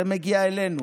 זה מגיע אלינו,